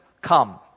come